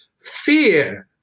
fear